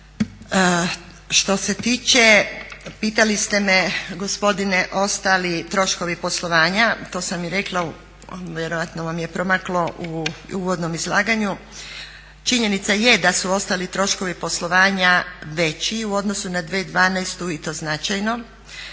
Što se tiče pitali ste me gospodine ostali troškovi poslovanja to sam i rekla, vjerojatno vam je promaklo u uvodnom izlaganju. Činjenica je da su ostali troškovi poslovanja veći u odnosu na 2012. i to značajno